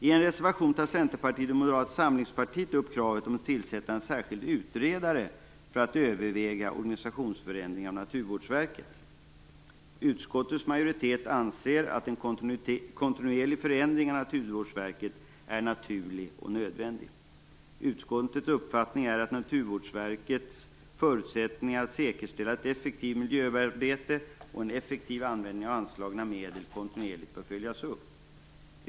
I en reservation ställer Centerpartiet och Moderata Samlingspartiet krav på att en särskild utredare tillsätts för att överväga en organisationsförändring av Utskottets majoritet anser att en kontinuerlig förändring av Naturvårdsverket är naturlig och nödvändig. Utskottets uppfattning är att Naturvårdsverkets förutsättningar att säkerställa ett effektivt miljöarbete och en effektiv använding av anslagna medel kontinuerligt bör följas upp.